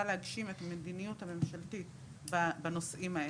להגשים את המדיניות הממשלתית בנושאים האלה.